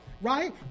right